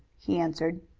he answered.